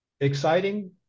exciting